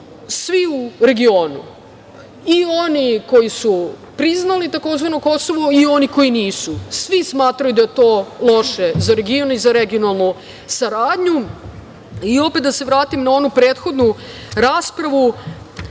svi u regionu i oni koji su priznali tzv. Kosovo i oni koji nisu. Svi smatraju da je to loše za region i regionalnu saradnju. Da se vratim na onu prethodnu raspravu.